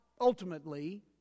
ultimately